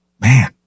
man